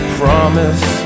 promise